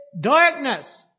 darkness